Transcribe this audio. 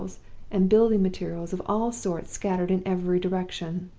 and building materials of all sorts scattered in every direction.